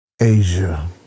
Asia